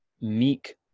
meek